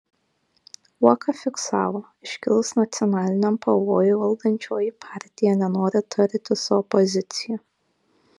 uoka fiksavo iškilus nacionaliniam pavojui valdančioji partija nenori tartis su opozicija